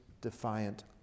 defiant